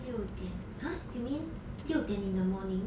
六点 !huh! you mean 六点 in the morning